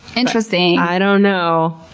interesting. i don't know.